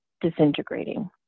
disintegrating